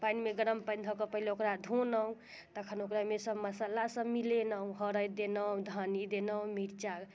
पानिमे गरम पानि धऽ कऽ पहिने ओकरा धोलहुँ तखन ओकरा ओहिमे सब मसाला सब मिलेलहुँ हरदि देलहुँ धनि देलहुँ मिरचा